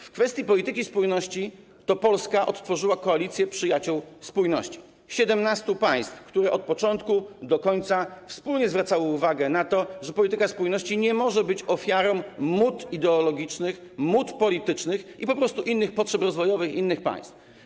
W kwestii polityki spójności to Polska odtworzyła koalicję przyjaciół spójności, 17 państw, które od początku do końca wspólnie zwracały uwagę na to, że polityka spójności nie może być ofiarą mód ideologicznych, mód politycznych i potrzeb rozwojowych innych państw.